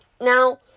now